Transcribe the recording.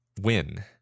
win